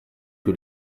que